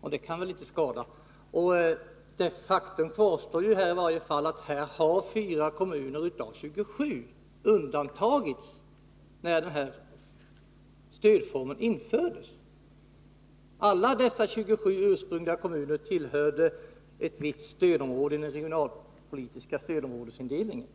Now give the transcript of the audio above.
och det kan väl inte skada. Faktum kvarstår, att här har fyra kommuner av 27 undantagits när den här stödformen infördes. Alla dessa 27 kommuner tillhörde ett visst stödområde enligt den regionalpolitiska stödområdesindelningen.